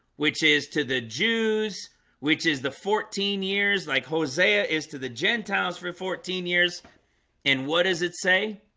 which is to the jews which is the fourteen years like hosea is to the gentiles for fourteen years and what does it say?